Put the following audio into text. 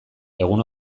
egun